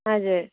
हजुर